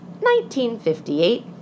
1958